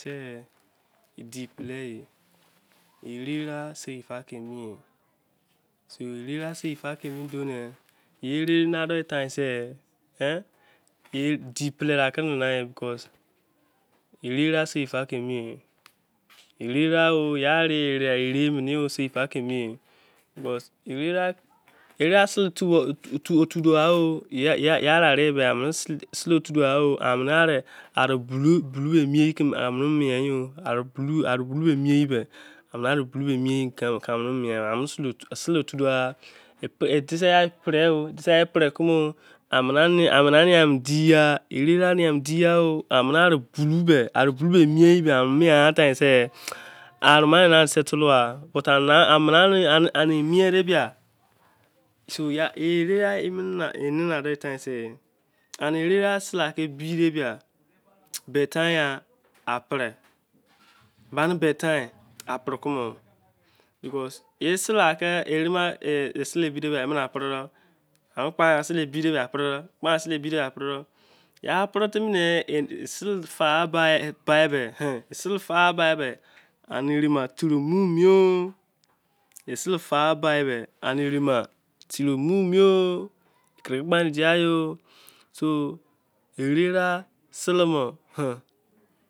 te- ye edi pele, erera sei fa ke- mi. so ere ra sei fa ke- ni doo ne. ere nana do mene finos se, di pele ke nana, ere ra sei fa ke- kemi- e ere. ra ye are ye sei fa ke- mi because ere ra sebe fubo tu- dougha sele tu donsha balon ru- mi ye ke ari- mi- eh. sele tu dougha diseigha pere o amane en̄ia rare kmo. amene. Dis- k pareya ha ne mind sa seflle-a ebi time ka perekuw sele ke bi fe mene pere do. safe ke ba- te mene pare de ya pere timi- ne sele fa bahbe ene ere turu mu mo- sele fa babe. ene ere ma turu mumo so. ere ya sele mo